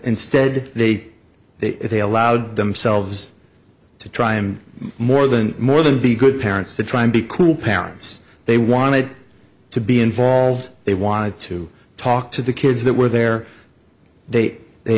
instead they they they allowed themselves to try him more than more than be good parents to try and be cruel parents they wanted to be involved they wanted to talk to the kids that were there they they